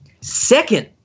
Second